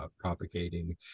propagating